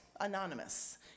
anonymous